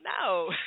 no